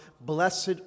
blessed